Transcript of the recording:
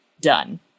done